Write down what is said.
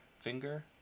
finger